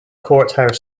courthouse